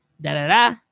Da-da-da